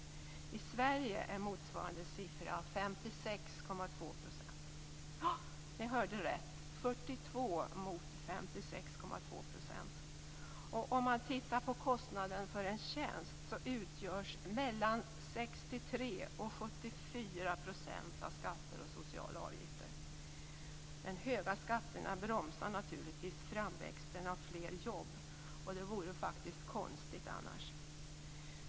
I Sverige är motsvarande siffra 56,2 %. Ja, ni hörde rätt - 42 % mot Om man tittar på kostnaden för en tjänst ser man att mellan 63 % och 74 % utgörs av skatter och sociala avgifter. De höga skatterna bromsar naturligtvis framväxten av fler jobb. Det vore faktiskt konstigt annars.